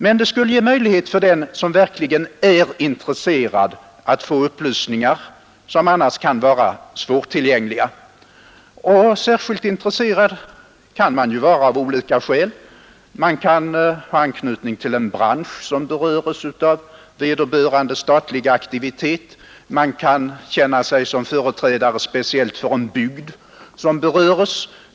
Det skulle emellertid ge möjlighet för den som verkligen är intresserad att få upplysningar som annars kan vara svårtillgängliga. Man kan vara särskilt intresserad av olika skäl. Man kan t.ex. ha anknytning till en bransch, som beröres av vederbörande statliga aktivitet, eller känna sig som företrädare för en speciell bygd som är aktuell i sammanhanget.